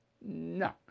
No